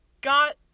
got